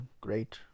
great